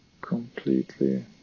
completely